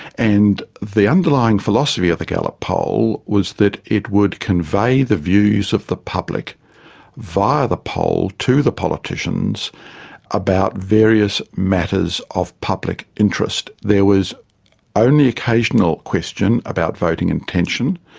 and the underlying philosophy of the gallup poll was that it would convey the views of the public via the poll to the politicians about various matters of public interest. there was only the occasional question about voting intention,